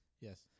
Yes